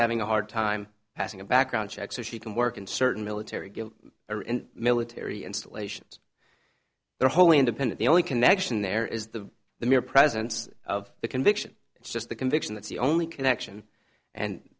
having a hard time passing a background check so she can work in certain military guild or in military installations there wholly independent the only connection there is the the mere presence of the conviction it's just the conviction that's the only connection and